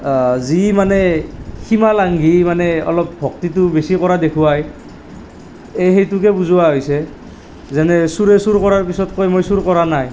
যি মানে সীমা লাংঘি মানে অলপ ভক্তিটো বেছি কৰা দেখুৱায় এই সেইটোকে বুজোৱা হৈছে যেনে চোৰে চুৰ কৰাৰ পিছত মই চুৰ কৰা নাই